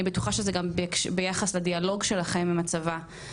אני בטוחה שזה גם ביחס לדיאלוג שלכם עם הצבא.